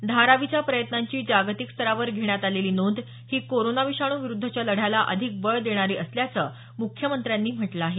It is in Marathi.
धारावीच्या प्रयत्नांची जागतिक स्तरावर घेण्यात आलेली नोंद ही कोरोना विषाणूविरुद्धच्या लढ्याला अधिक बळ देणारी असल्याचं मुख्यमंत्र्यांनी म्हटलं आहे